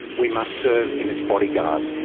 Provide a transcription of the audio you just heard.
we must serve in its bodyguard.